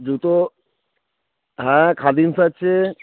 জুতো হ্যাঁ খাদিমস আছে